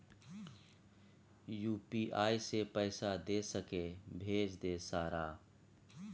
UPI से पैसा दे सके भेज दे सारा?